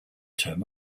term